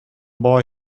boy